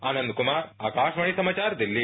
आनन्द कुमार आकासवाणी समाचार दिल्ली